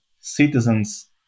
citizens